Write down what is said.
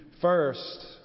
first